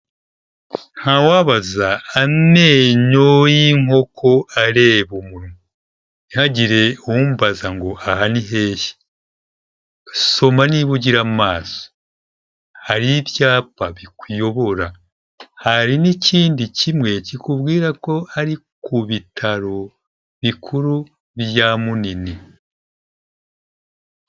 Ntawabaza anmenyo y'inkoko areba umunwa, ntihagire umbaza ngo aha ni hehe, soma niba ugira amazi, hari ibyapa bikuyobora, hari n'ikindi kimwe kikubwira ko ari ku bitaro bikuru bya Munini.